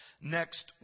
next